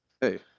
hey